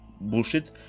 bullshit